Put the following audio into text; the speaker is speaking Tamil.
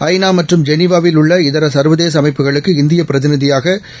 ஜநாமற்றும் ஐ ஜெனிவாவில் உள்ள இதரசர்வதேசஅமைப்புகளுக்கு இந்தியப் பிரதிநிதியாகதிரு